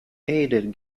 aided